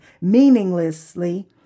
meaninglessly